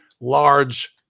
large